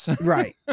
right